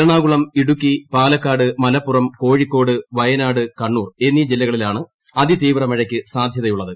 എറണാകുളം ഇടുക്കി പാലക്കാട് മലപ്പുറം കോഴിക്കോട് വയനാട് കണ്ണൂർ എന്നീ ജില്ലകളിലാണ് ്അതിതീവ്ര മഴയ്ക്ക് സാധൃതയുള്ളത്